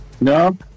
No